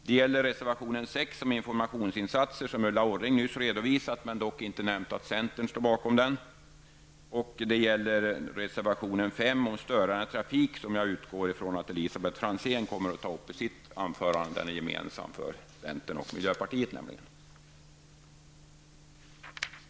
Det gäller reservation 6 om informationsinsatser, som Ulla Orring nyss redovisat -- dock utan att nämna att centern står bakom den -- och reservation 5 om störande trafik, som jag utgår från att Elisabet Franzén kommer att ta upp i sitt anförande. Den är nämligen gemensam för centern och miljöpartiet.